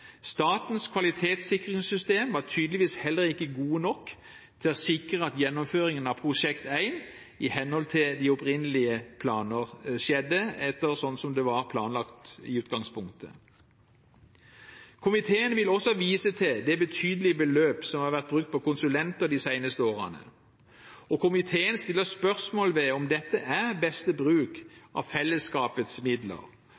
Statens kvalitetssikringssystem var tydeligvis heller ikke gode nok til å sikre at gjennomføringen av Prosjekt 1 i henhold til de opprinnelige planene skjedde sånn som det var planlagt i utgangspunktet. Komiteen vil også vise til det betydelige beløpet som har vært brukt på konsulenter de seneste årene, og komiteen stiller spørsmål ved om dette er beste bruk av fellesskapets midler,